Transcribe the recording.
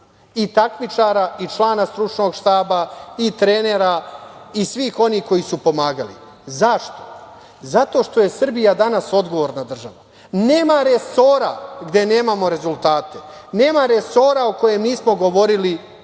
i takmičara i člana stručnog štaba i trenera i svih onih koji su pomagali. Zašto? Zato što je Srbija danas odgovorna država. Nema resora gde nemamo rezultate. Nema resora o kojem nismo govorili da